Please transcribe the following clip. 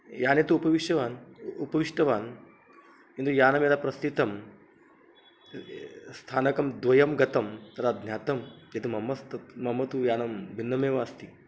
याने तु उपविष्टवान् उपविष्टवान् किन्तु यानं यदा प्रस्तितं स्थानकं द्वयं गतं तदा ज्ञातं यत् मम स्तत् मम तु यानं भिन्नमेव अस्ति